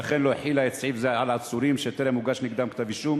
ולכן לא החילה סעיף זה על עצורים שטרם הוגש נגדם כתב-אישום